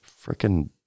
freaking